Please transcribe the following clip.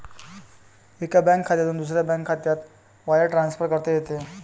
एका बँक खात्यातून दुसऱ्या बँक खात्यात वायर ट्रान्सफर करता येते